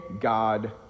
God